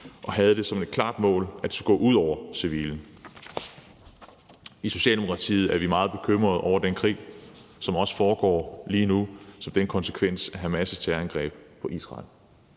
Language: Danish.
og havde det som et klart mål, at det skulle gå ud over civile. I Socialdemokratiet er vi meget bekymrede over den krig, som også foregår lige nu som en konsekvens af Hamas' terrorangreb på Israel.